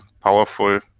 powerful